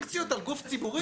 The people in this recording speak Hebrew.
מה זה "רובן"?